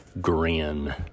grin